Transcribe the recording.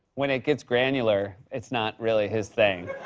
when it gets granular, it's not really his thing.